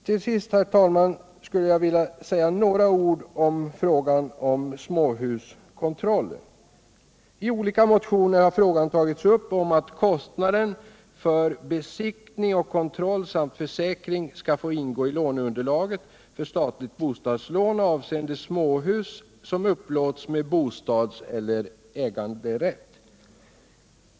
Till sist, herr talman, skulle jag vilja säga några ord om frågan om småhuskontrollen. I olika motioner har frågan tagits upp om att kostnaden för bésiktning och kontroll samt försäkring skall få ingå i låneunderlag för statligt bostadslån avseende småhus som upplåts med bostads eller äganderätt.